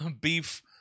beef